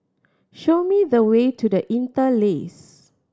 show me the way to The Interlace